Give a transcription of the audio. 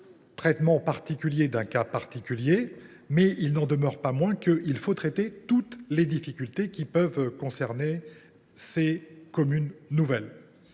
traitement particulier à un cas particulier, mais il n’en demeure pas moins qu’il faut traiter toutes les difficultés qui peuvent concerner ces communes nouvelles.